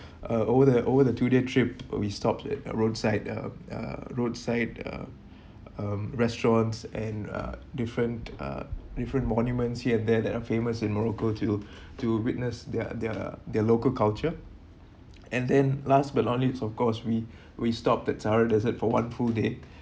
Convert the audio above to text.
uh over there over the two day trip we stopped at uh roadside uh uh roadside uh um restaurants and uh different uh different monuments here and there that are famous in morocco to to witness their their their local culture and then last but not least of course we we stopped at sahara dessert for one full day